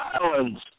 Islands